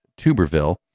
Tuberville